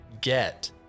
get